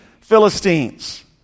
Philistines